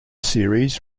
series